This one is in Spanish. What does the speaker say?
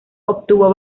obtuvo